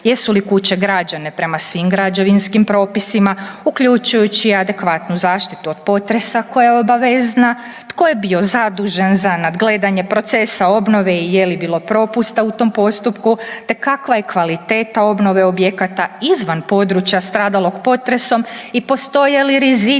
jesu li kuće građene prema svim građevinskim propisima uključujući i adekvatnu zaštitu od potresa koja je obavezna, tko je bio zadužen za nadgledanje procesa obnove i je li bilo propusta u tom postupku te kakva je kvaliteta obnove objekata izvan područja stradalog potresom i postoje li rizici